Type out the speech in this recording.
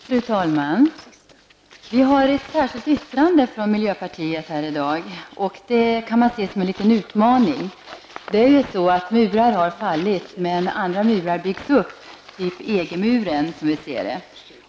Fru talman! Miljöpartiet har avgivit ett särskilt yttrande till det betänkande som behandlas här i dag, och det kan man se som en liten utmaning. Murar har fallit, men andra murar byggs upp -- t.ex. EG-muren, som miljöpartiet ser det.